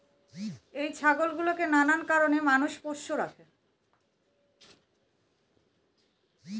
এই ছাগল গুলোকে নানান কারণে মানুষ পোষ্য রাখে